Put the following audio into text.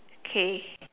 okay